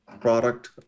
product